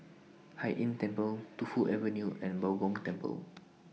Hai Inn Temple Tu Fu Avenue and Bao Gong Temple